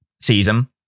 season